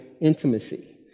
intimacy